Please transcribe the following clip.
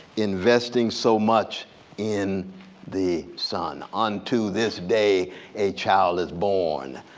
investing so much in the son. unto this day a child is born,